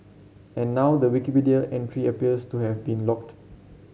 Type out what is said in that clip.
and now the Wikipedia entry appears to have been locked